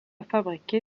fabriqué